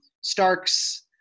Stark's